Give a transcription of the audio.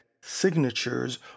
signatures